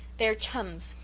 they are chums,